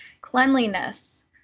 cleanliness